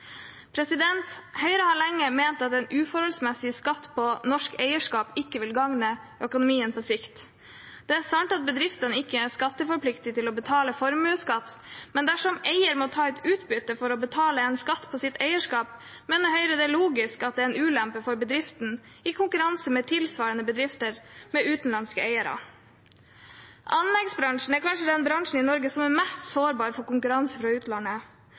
Høyre har lenge ment at en uforholdsmessig skatt på norsk eierskap ikke vil gagne økonomien på sikt. Det er sant at bedriftene ikke plikter å betale formuesskatt, men dersom eier må ta ut utbytte for å betale en skatt på sitt eierskap, mener Høyre det er logisk at det er en ulempe for bedriften i konkurranse med tilsvarende bedrifter med utenlandske eiere. Anleggsbransjen er kanskje den bransjen i Norge som er mest sårbar for konkurranse fra utlandet.